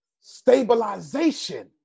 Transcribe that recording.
stabilization